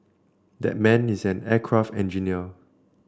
that man is an aircraft engineer